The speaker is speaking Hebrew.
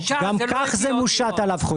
גם כך זה מושת עליו חוזית.